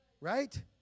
Right